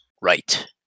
right